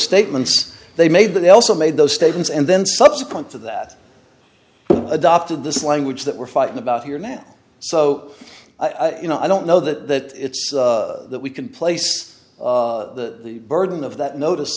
statements they made that they also made those statements and then subsequent to that the adopted this language that we're fighting about here now so you know i don't know that it's that we can place the burden of that notice